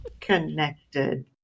connected